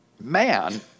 man